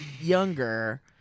younger